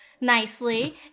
nicely